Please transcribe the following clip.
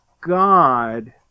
God